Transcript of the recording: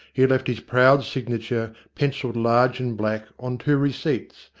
he had left his proud signature, pencilled large and black, on two receipts,